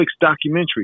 documentary